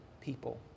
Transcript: people